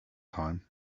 time